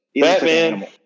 Batman